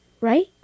right